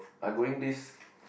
I going this